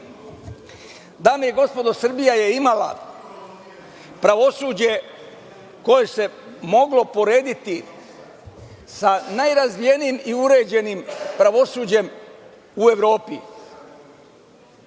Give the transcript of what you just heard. i gospodo, Srbija je imala pravosuđe koje se moglo porediti sa najrazvijenijim i uređenim pravosuđem u Evropi.